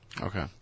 Okay